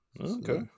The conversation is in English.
Okay